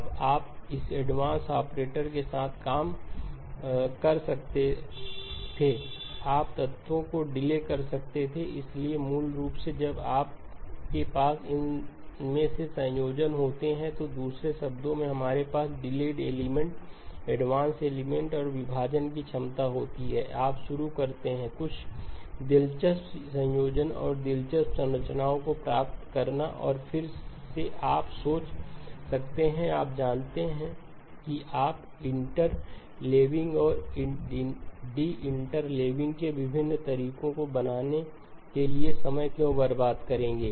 अब आप इसे एडवांस ऑपरेटरों के साथ कर सकते थे आप तत्वों को डिले कर सकते थे और इसलिए मूल रूप से जब आपके पास इनमें से संयोजन होते हैं तो दूसरे शब्दों में हमारे पास डिले एलिमेंट एडवांस एलिमेंट और विभाजन की क्षमता होती है आप शुरू करते हैं कुछ दिलचस्प संयोजनों और दिलचस्प संरचनाओं को प्राप्त करना और फिर से आप सोच सकते हैं आप जानते हैं कि आप इंटरलेविंग और डिइंटरलेविंग के विभिन्न तरीकों को बनाने के लिए समय क्यों बर्बाद करेंगे